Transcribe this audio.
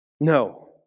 No